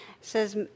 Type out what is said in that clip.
says